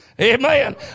Amen